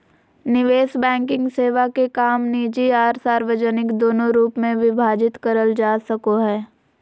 निवेश बैंकिंग सेवा के काम निजी आर सार्वजनिक दोनों रूप मे विभाजित करल जा सको हय